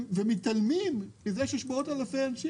ומתעלמים מכך שיש מאות אלפי אנשים